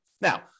Now